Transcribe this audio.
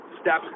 steps